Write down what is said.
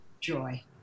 joy